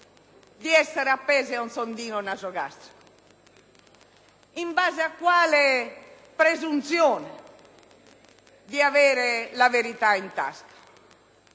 di essere appesi a un sondino nasogastrico? In base a quale presunzione di avere la verità in tasca?